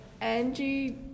Angie